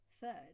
Third